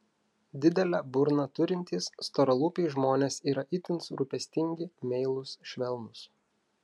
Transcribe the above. didelę burną turintys storalūpiai žmonės yra itin rūpestingi meilūs švelnūs